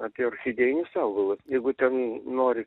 apie orchidėjinius augalus jeigu ten nori